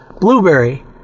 Blueberry